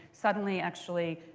suddenly actually